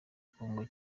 kongo